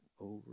over